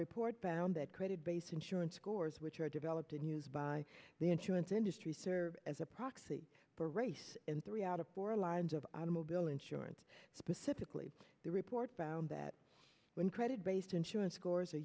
report found that credit based insurance scores which are developed and used by the insurance industry serves as a proxy for race in three out of four lines of bill insurance specifically the report found that when credit based insurance scores